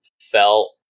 felt